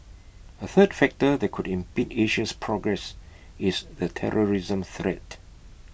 A third factor that could impede Asia's progress is the terrorism threat